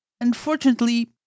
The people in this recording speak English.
Unfortunately